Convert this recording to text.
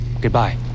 Goodbye